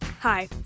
Hi